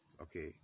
Okay